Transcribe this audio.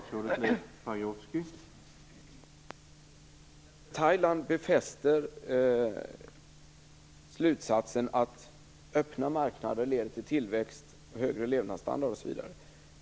Herr talman! Exemplet Thailand befäster slutsatsen att öppna marknader leder till tillväxt och högre levnadsstandard.